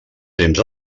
temps